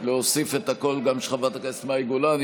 נוסיף גם את הקול של חברת הכנסת מאי גולן.